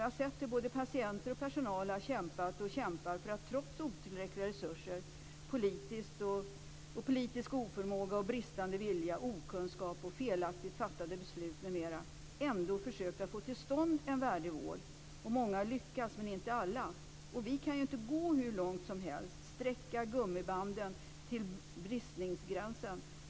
Jag har sett hur både patienter och personal har kämpat och kämpat för att trots otillräckliga resurser, politisk oförmåga och bristande vilja, okunskap och felaktigt fattade beslut m.m. ändå försöka få till stånd en värdig vård. Många lyckas, men inte alla. Vi kan inte gå hur långt som helst och sträcka gummibanden till bristningsgränsen.